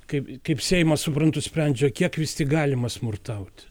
kaip kaip seimas suprantu sprendžia kiek vis tik galima smurtauti